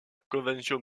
convention